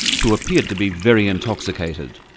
who appeared to be very intoxicated.